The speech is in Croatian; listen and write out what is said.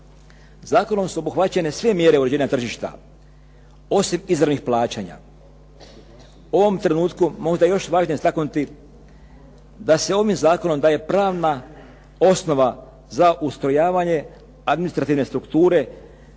Zakonom su obuhvaćene sve mjere uređenja tržišta osim izravnih plaćanja. U ovom trenutku možda je još važnije istaknuti da se ovim zakonom daje pravna osnova za ustrojavanje administrativne strukture